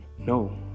no